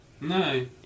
no